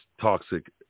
toxic